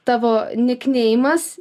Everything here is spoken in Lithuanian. tavo nikneimas